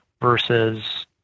versus